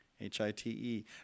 H-I-T-E